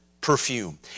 perfume